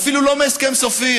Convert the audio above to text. אפילו לא מהסכם סופי,